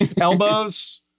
Elbows